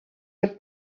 would